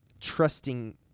trusting